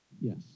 Yes